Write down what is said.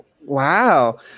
Wow